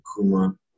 Kuma